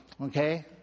okay